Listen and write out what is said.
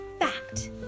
Fact